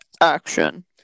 Action